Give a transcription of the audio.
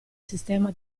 sistema